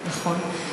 יועצות, נכון.